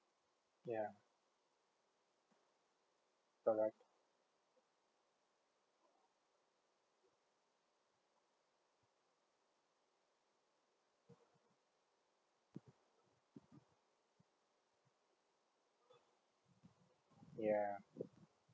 yeah correct yeah